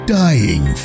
dying